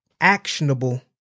actionable